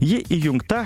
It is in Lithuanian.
ji įjungta